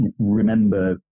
remember